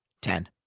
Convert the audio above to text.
Ten